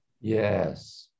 yes